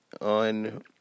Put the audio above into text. on